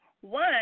one